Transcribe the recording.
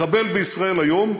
לחבל ב"ישראל היום",